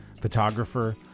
photographer